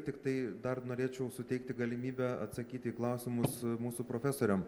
tiktai dar norėčiau suteikti galimybę atsakyti į klausimus mūsų profesoriam